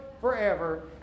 forever